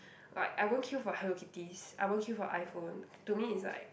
right I won't queue for Hello-Kitties I won't queue for iPhone to me is like